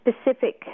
specific